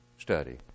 study